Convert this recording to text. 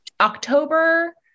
October